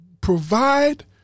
provide